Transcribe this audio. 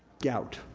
gout,